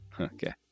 okay